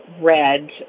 red